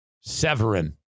Severin